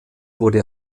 wurde